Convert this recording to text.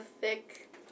thick